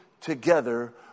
together